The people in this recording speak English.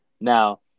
Now